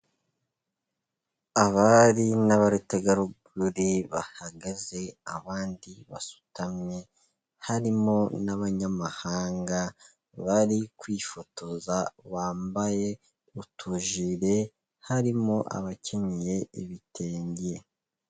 Abari n'abategarugori bahagaze abandi basutamye, harimo n'abanyamahanga bari kwifotoza bambaye utujire harimo abakenyeye ibitenge.